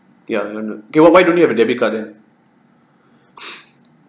ya I'm gonna to okay why don't you have a debit card then